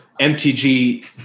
MTG